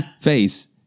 face